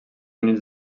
units